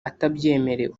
atabyemerewe